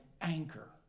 anchor